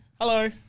hello